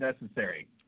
necessary